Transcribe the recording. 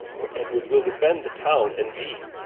for edward will defend the towne, and thee,